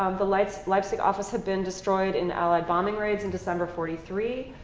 um the leipzig leipzig office had been destroyed in allied bombing raids in december forty three.